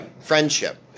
friendship